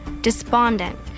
despondent